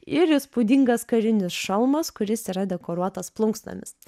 ir įspūdingas karinis šalmas kuris yra dekoruotas plunksnomis